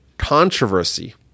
controversy